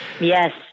Yes